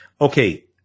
Okay